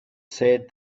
said